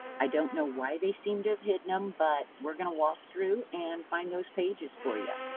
i don't know why they seem to have hidden them. but, we're going to walk through and find those pages for you.